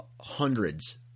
hundreds